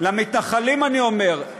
למתנחלים אני אומר,